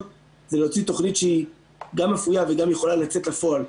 הוא להוציא תוכנית שהיא גם אפויה וגם יכולה לצאת לפועל,